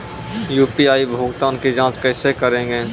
UPI भुगतान की जाँच कैसे करेंगे?